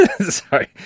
sorry